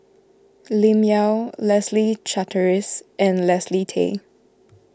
Lim Yau Leslie Charteris and Leslie Tay